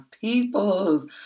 peoples